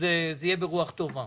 זה יהיה ברוח טובה.